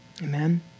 Amen